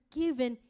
given